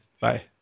Bye